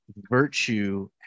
virtue